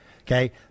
okay